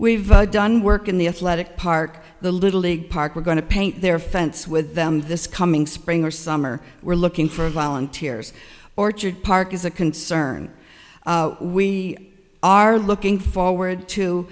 we've done work in the athletic park the little league park we're going to paint their fence with them this coming spring or summer we're looking for volunteers orchard park is a concern we are looking forward to